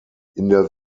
der